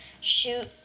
shoot